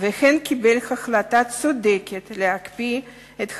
וגם קיבל החלטה צודקת להקפיא את הבנייה,